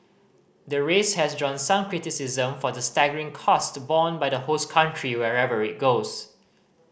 the race has drawn some criticism for the staggering cost borne by the host country wherever it goes